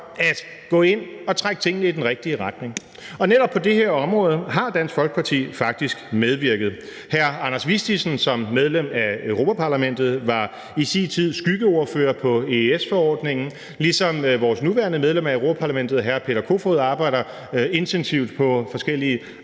at gå ind og trække tingene i den rigtige retning. Og netop på det her område har Dansk Folkeparti faktisk medvirket. Hr. Anders Vistisen som medlem af Europa-Parlamentet var i sin tid skyggeordfører på EES-forordningen, ligesom vores nuværende medlem af Europa-Parlamentet, hr. Peter Kofod, arbejder intensivt på forskellige